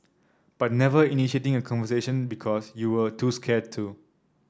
but never initiating a conversation because you were too scared to